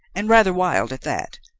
and rather wild at that,